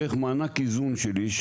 איך מענק איזון שלי,